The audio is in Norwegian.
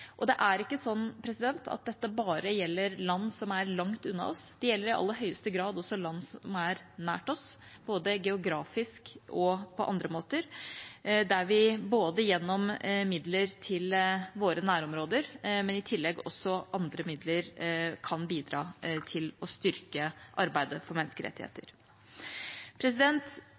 ikke bare land som er langt unna oss. Dette gjelder i aller høyeste grad også land som er nær oss, både geografisk og på andre måter, der vi både gjennom midler til våre nærområder og gjennom andre midler kan bidra til å styrke arbeidet for menneskerettigheter.